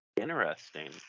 Interesting